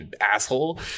asshole